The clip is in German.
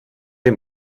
dem